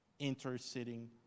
interceding